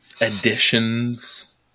additions